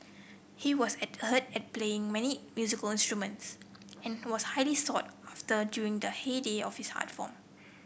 he was at playing many musical instruments and was highly sought after during the heyday of his art form